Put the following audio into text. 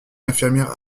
infirmière